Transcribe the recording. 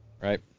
Right